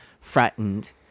frightened